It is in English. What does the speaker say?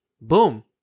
Boom